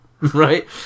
right